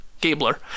Gabler